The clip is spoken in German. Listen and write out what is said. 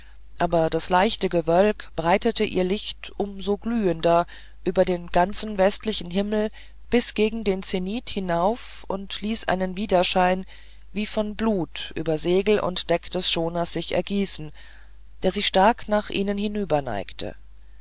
aber das leichte gewölk breitete ihr licht um so glühender über den ganzen westlichen himmel bis gegen den zenith hinauf und ließ einen widerschein wie von blut über segel und deck des schoners sich ergießen der sich stark nach ihnen